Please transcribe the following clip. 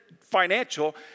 financial